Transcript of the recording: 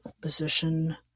position